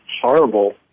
horrible